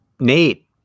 Nate